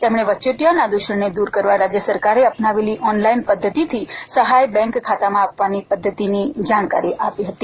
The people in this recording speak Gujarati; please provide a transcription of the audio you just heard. તેમણે વચેટીયાના દ્રષણને દૂર કરવા રાજ્ય સરકારે અપનાવેલી ઓનલાઇન પધ્ધતિથી સહાય બેંક ખાતામાં આપવાની પધ્ધતિની જાણકારી આપી હતી